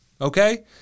okay